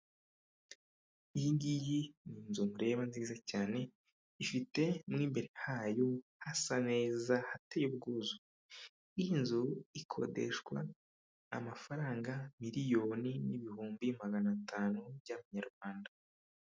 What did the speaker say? Iyi ngiyi ni inzu mureba nziza cyane ifite n'imbere hayo hasa neza ahateye ubwuzu, iyi nzu ikodeshwa amafaranga miliyoni n'ibihumbi magana atanu by'amanyarwanda.